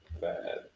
bad